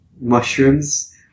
mushrooms